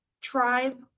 tribe